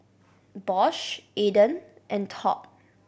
Bosch Aden and Top